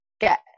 get